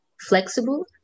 flexible